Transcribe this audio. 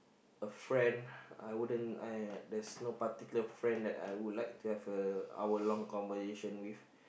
a friend I wouldn't uh there's no particular friend that I would like to have a hour long conversation with